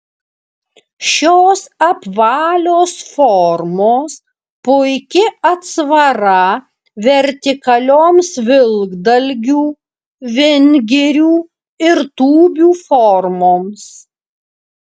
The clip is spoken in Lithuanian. šios apvalios formos puiki atsvara vertikalioms vilkdalgių vingirių ir tūbių formoms